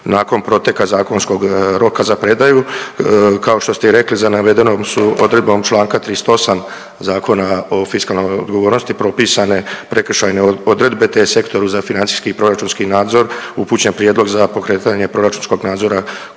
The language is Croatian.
nakon proteka zakonskog roka za predaju. Kao što ste i rekli za navedenog su odredbom članka 38. Zakona o fiskalnoj odgovornosti propisane prekršajne odredbe te Sektoru za financijski i proračunski nadzor upućen prijedlog za pokretanje proračunskog nadzora